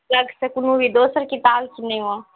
अलग से कोनो भी दोसर किताब किनैमे